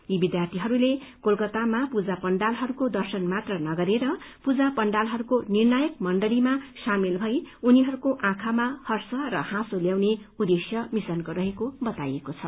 यी विद्यार्यीहरूले कोलकतामा पूजा पण्डालहरूको दर्शन मात्र नगरेर पूजा पण्डालहरूको निर्णायक मण्डलीमा सामेल भई उनीहरूको आँखामा हर्ष र हाँसो ल्याउने उद्देश्य मिशनको रहेको बताएको छ